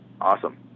Awesome